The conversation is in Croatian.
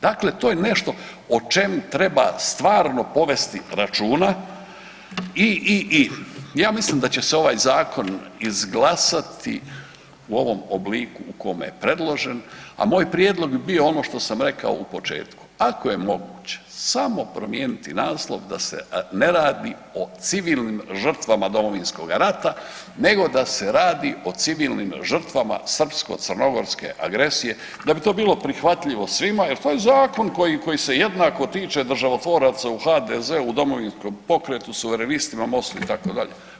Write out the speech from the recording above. Dakle, to je nešto o čemu treba stvarno povesti računa i, i, i. Ja mislim da će se ovaj zakon izglasati u ovom obliku u kome je predložen, a moj prijedlog bi bio ono što sam rekao u početku, ako je moguće samo promijeniti naslov da se ne radi o civilnim žrtvama Domovinskog rata nego da se radi o civilnim žrtvama srpsko-crnogorske agresije, da bi to bilo prihvatljivo svima jer to je zakon koji se jednako tiče državotvoraca u HDZ-u, u Domovinskom pokretu, Suverenistima, Mostu itd.